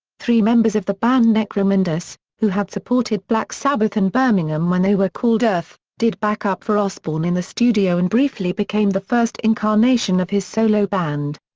three members of the band necromandus, who had supported black sabbath in birmingham when they were called earth, did backup for osbourne in the studio and briefly became the first incarnation of his solo band.